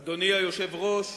אדוני היושב-ראש,